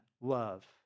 love